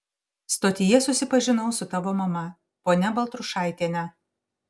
stotyje susipažinau su tavo mama ponia baltrušaitiene